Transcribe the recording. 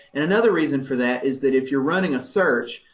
and another reason for that is that if you're running a search,